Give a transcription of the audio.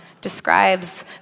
describes